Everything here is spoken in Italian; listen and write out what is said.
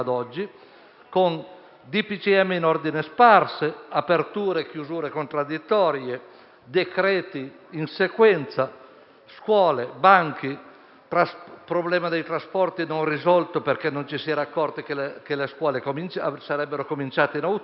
con DPCM in ordine sparso, aperture e chiusure contraddittorie, decreti in sequenza, scuole e banchi, con il problema dei trasporti che non è stato risolto, perché non ci si era accorti che le scuole sarebbero ricominciate in autunno,